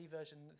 version